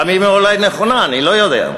גם אם היא אולי נכונה, אני לא יודע,